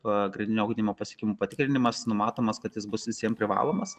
pagrindinio ugdymo pasiekimų patikrinimas numatomas kad jis bus visiems privalomas